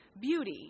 beauty